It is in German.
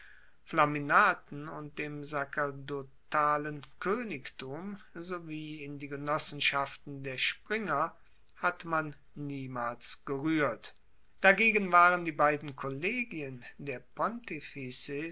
flaminaten und dem sacerdotalen koenigtum sowie in die genossenschaften der springer hat man niemals geruehrt dagegen waren die beiden kollegien der